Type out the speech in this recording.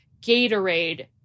Gatorade